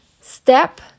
Step